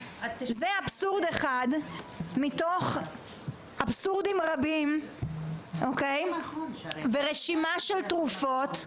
זה אבסורד אחד מתוך אבסורדים רבים ורשימה של תרופות,